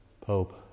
Pope